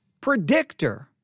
predictor